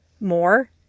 more